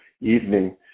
evening